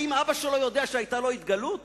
האם אבא שלו יודע שהיתה לו התגלות